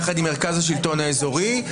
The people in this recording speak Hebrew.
יחד עם מרכז השלטון האזורי,